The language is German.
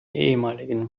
ehemaligen